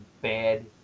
bad